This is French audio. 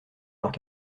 leurs